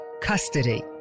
custody